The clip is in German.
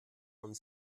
und